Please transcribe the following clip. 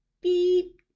beep